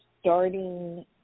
starting